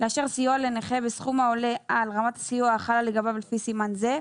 לאשר סיוע לנכה בסכום העולה על רמת הסיוע החלה לגביו לפי סימן זה,